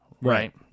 Right